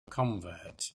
convert